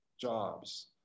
jobs